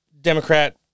Democrat